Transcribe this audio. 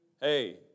Hey